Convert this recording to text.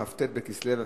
כ"ט בכסלו תשע"א,